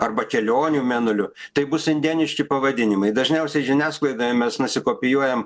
arba kelionių mėnuliu tai bus indėniški pavadinimai dažniausiai žiniasklaidoje mes nusikopijuojam